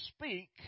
speak